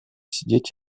сидеть